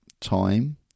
time